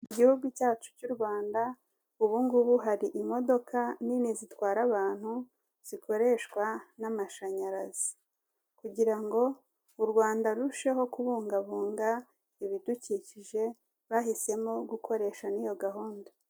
Igihugu cyacu cy'u Rwanda ubu ngubu hari imodoka nini zitwara abantu zikoreshwa n'amashanyarazi. Kugira ngo u Rwanda rurusheho kubungabunga ibidukikije, bahisemo gukoresha n'iyo gahunda.